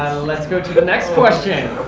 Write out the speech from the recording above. let's go to the next question.